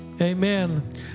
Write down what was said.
Amen